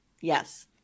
Yes